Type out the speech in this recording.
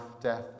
death